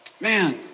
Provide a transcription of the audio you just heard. man